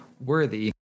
worthy